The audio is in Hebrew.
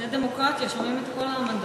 זו דמוקרטיה, שומעים את כל העמדות.